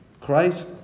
Christ